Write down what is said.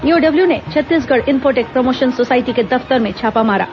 EOW ने Chhattisgarh infotech promotion society के दफ्तर में छापा मारा